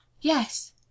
Yes